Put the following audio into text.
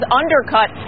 undercut